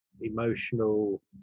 emotional